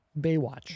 Baywatch